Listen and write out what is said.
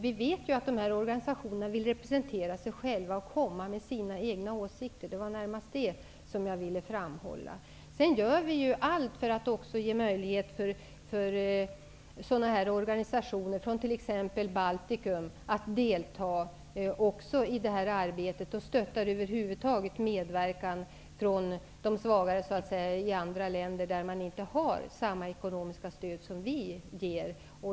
Vi vet att de här organisationerna vill representera sig själva och framföra sina egna åsikter. -- Det var närmast det jag ville framhålla. Sedan gör vi ju allt för att också ge möjlighet för sådana organisationer från t.ex. Balticum att delta också i det här arbetet. Vi stöttar över huvud taget medverkan från de så att säga svagare i andra länder, där man inte har samma ekonomiska stöd som vi ger.